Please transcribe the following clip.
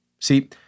See